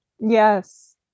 Yes